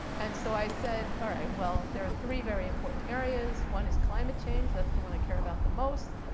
and so i said, all right, well, there are three very important areas. one is climate change. that's the one i care about the most.